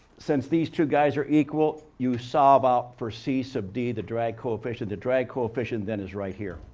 since these two guys are equal, you solve out for c sub d the drag coefficient. the drag coefficient then is right here.